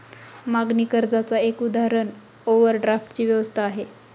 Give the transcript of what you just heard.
मागणी कर्जाच एक उदाहरण ओव्हरड्राफ्ट ची व्यवस्था आहे